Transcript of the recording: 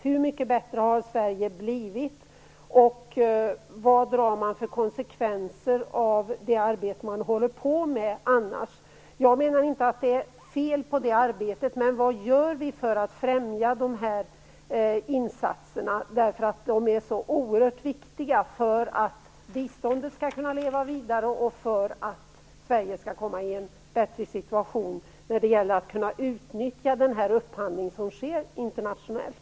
Hur mycket bättre har Sverige blivit och vad drar man annars för konsekvenser av det arbete man håller på med? Jag menar inte att det är fel på det arbetet. Men vad gör vi för att främja de här insatserna? De är ju så oerhört viktiga för att biståndet skall kunna leva vidare och för att Sverige skall komma i en bättre situation när det gäller att kunna utnyttja den upphandling som sker internationellt.